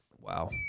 wow